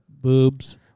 boobs